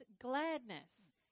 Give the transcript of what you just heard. gladness